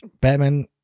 Batman